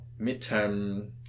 midterm